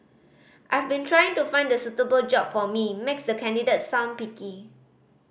I've been trying to find the suitable job for me makes the candidate sound picky